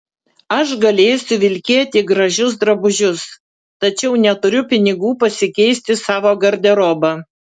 aš galėsiu vilkėti gražius drabužius tačiau neturiu pinigų pasikeisti savo garderobą